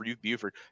Buford